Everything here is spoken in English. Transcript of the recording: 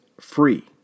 free